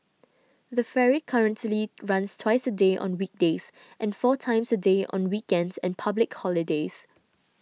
the ferry currently runs twice a day on weekdays and four times a day on weekends and public holidays